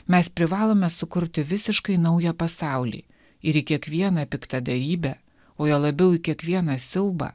mes privalome sukurti visiškai naują pasaulį ir į kiekvieną piktadarybę o juo labiau į kiekvieną siaubą